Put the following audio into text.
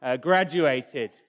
graduated